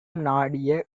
நாடிய